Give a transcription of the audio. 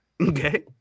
Okay